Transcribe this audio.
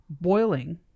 boiling